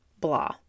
blah